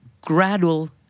gradual